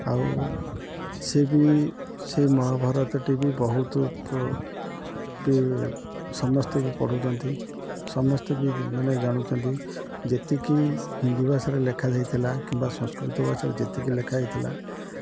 ଆଉ ସେ ବି ସେ ମହାଭାରତଟି ବି ବହୁତ ବି ସମସ୍ତେ ବି ପଢ଼ୁଛନ୍ତି ସମସ୍ତେ ବି ମାନେ ଜାଣୁଛନ୍ତି ଯେତିକି ହିନ୍ଦୀ ଭାଷାରେ ଲେଖା ଯାଇଥିଲା କିମ୍ବା ସଂସ୍କୃତ ଭାଷାରେ ଯେତିକି ଲେଖା ହୋଇଥିଲା